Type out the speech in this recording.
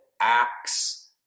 Acts